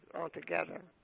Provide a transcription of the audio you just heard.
altogether